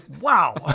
Wow